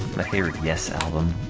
favorite yes album